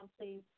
please